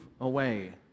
away